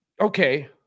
okay